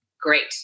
Great